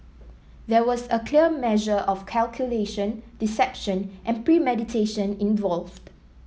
there was clearly a measure of calculation deception and premeditation involved